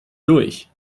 durch